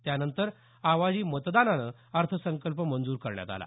त्यानंतर आवाजी मतदानानं अर्थसंकल्प मंजूर करण्यात आला